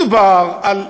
מדובר על,